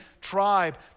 tribe